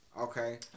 Okay